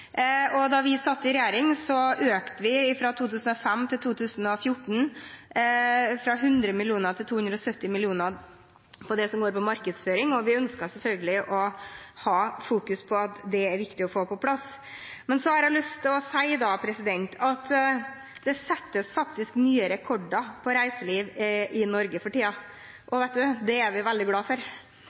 Da vi satt i regjering, hadde vi fra 2005 til 2014 en økning fra 100 mill. kr til 270 mill. kr til det som går på markedsføring, og vi ønsker selvfølgelig å fokusere på at det er det viktig å få på plass. Men så har jeg lyst til å si at det settes faktisk nye rekorder for reiseliv i Norge for tiden, og det er vi veldig glad for